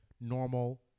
normal